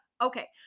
Okay